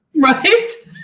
Right